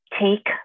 take